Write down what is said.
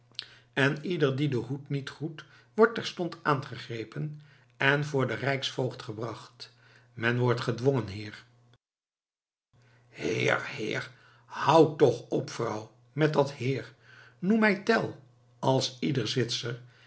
en ieder die dien hoed niet groet wordt terstond aangegrepen en voor den rijksvoogd gebracht men wordt gedwongen heer heer heer houd toch op vrouw met dat heer noem mij tell als iedere